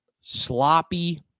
Sloppy